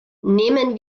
nehmen